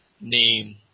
name